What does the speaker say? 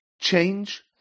change